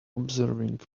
observing